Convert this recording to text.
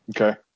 Okay